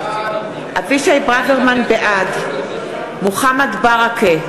בעד מוחמד ברכה,